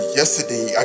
yesterday